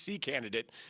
candidate